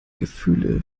gefühle